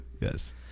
Yes